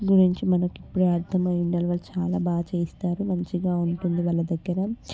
గురించి మనకు ఇప్పుడే అర్థమై ఉండాలి వాళ్ళు చాలా బాగా చేస్తారు మంచిగా ఉంటుంది వాళ్ళ దగ్గర